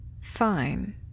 Fine